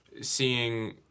seeing